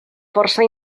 força